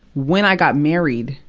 when i got married,